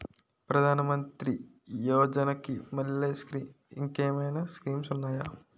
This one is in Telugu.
ప్రధాన మంత్రి యోజన కి మల్లె ఇంకేమైనా స్కీమ్స్ ఉన్నాయా?